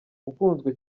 ukunzwe